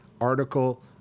article